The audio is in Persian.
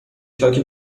چاک